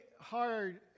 hard